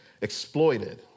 exploited